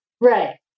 Right